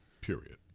period